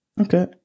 Okay